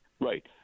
Right